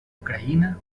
ucraïna